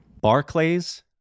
Barclays